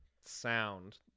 sound